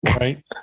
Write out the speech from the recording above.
right